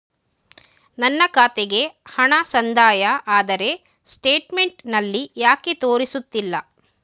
ನನ್ನ ಖಾತೆಗೆ ಹಣ ಸಂದಾಯ ಆದರೆ ಸ್ಟೇಟ್ಮೆಂಟ್ ನಲ್ಲಿ ಯಾಕೆ ತೋರಿಸುತ್ತಿಲ್ಲ?